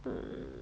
mm